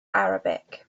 arabic